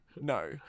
no